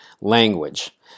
language